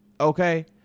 Okay